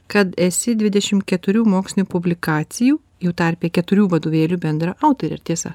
kad esi dvidešim keturių mokslinių publikacijų jų tarpe keturių vadovėlių bendraautorė ar tiesa